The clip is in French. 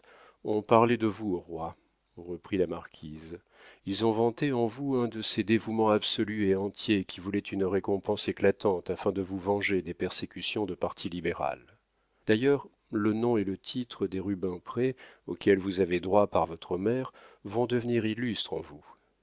ont parlé de vous au roi reprit la marquise ils ont vanté en vous un de ces dévouements absolus et entiers qui voulaient une récompense éclatante afin de vous venger des persécutions du parti libéral d'ailleurs le nom et le titre des rubempré auxquels vous avez droit par votre mère vont devenir illustres en vous